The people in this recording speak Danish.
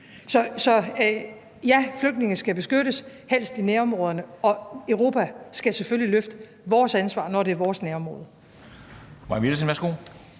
Så ja, flygtninge skal beskyttes, helst i nærområderne, og i Europa skal vi selvfølgelig løfte vores ansvar, når det er vores nærområde.